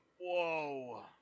Whoa